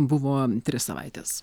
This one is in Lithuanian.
buvo tris savaites